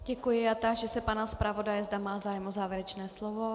Děkuji a táži se pana zpravodaje, zda má zájem o závěrečné slovo.